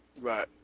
Right